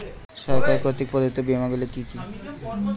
সরকার কর্তৃক প্রদত্ত বিমা গুলি কি কি?